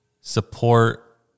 support